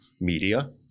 Media